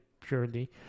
purely